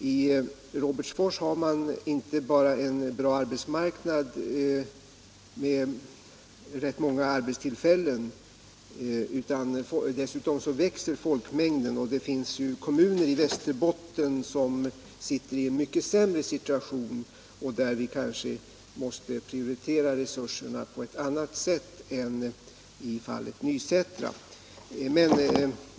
I Robertsfors har man inte bara en bra arbetsmarknad med rätt många arbetstillfällen utan dessutom en växande folkmängd. Det finns kommuner i Västerbotten som sitter i en mycket sämre situation och där vi kanske måste prioritera resurserna på ett annat sätt än i fallet Nysätra.